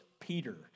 Peter